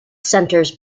centers